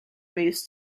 moves